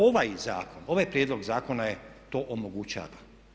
Ovaj zakon, ovaj prijedlog zakona to omogućava.